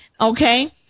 Okay